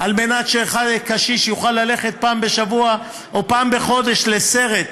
מיליארד כדי שקשיש יוכל ללכת פעם בשבוע או פעם בחודש לסרט.